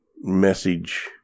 message